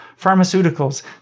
pharmaceuticals